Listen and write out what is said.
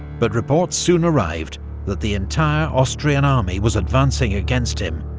but reports soon arrived that the entire austrian army was advancing against him,